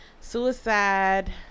suicide